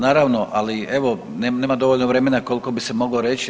Naravno ali evo nemam dovoljno vremena koliko bi se moglo reći.